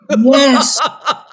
Yes